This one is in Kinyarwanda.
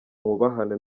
mwubahane